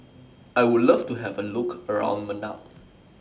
I Would Love to Have A Look around Managua